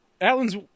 Alan's